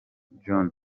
johnny